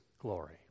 glory